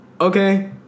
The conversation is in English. Okay